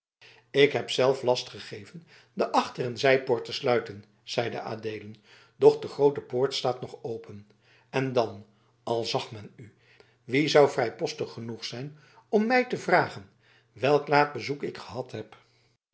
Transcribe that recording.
ik heb zelf last gegeven de achter en zijpoort te sluiten zeide adeelen doch de groote poort staat nog open en dan al zag men u wie zou vrijpostig genoeg zijn om mij te vragen welk laat bezoek ik gehad heb